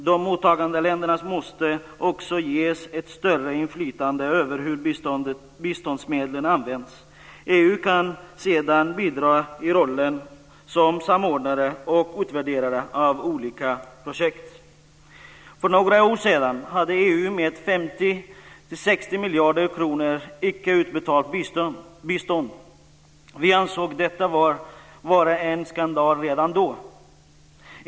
De mottagande länderna måste också ges ett större inflytande över hur biståndsmedlen används. EU kan sedan bidra i rollen som samordnare och utvärderare av olika projekt. För några år sedan hade EU 50-60 miljarder kronor i icke utbetalt bistånd. Vi ansåg detta vara en skandal redan då.